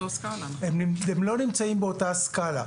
הם לא נמצאים באותה סקאלה.